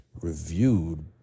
reviewed